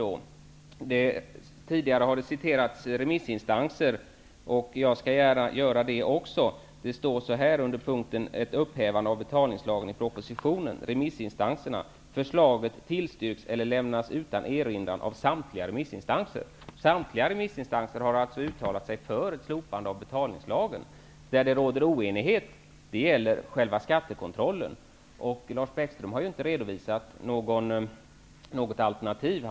Man har tidigare citerat remissinstanser, och jag skall citera ur propositionen under punkten Ett upphävande av betalningslagen: Samtliga remissinstanser har alltså uttalat sig för ett slopande av betalningslagen. Oenigheten gäller själva skattekontrollen. Lars Bäckström har inte redovisat något alternativ.